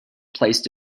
placed